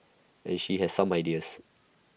and she has some ideas